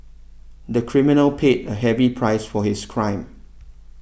the criminal paid a heavy price for his crime